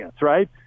right